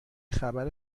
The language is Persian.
خبر